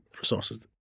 resources